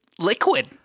liquid